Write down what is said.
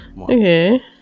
Okay